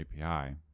API